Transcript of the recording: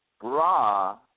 bra